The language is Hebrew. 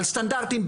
על סטנדרטים,